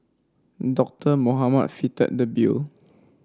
Doctor Mohamed fitted the bill